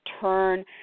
turn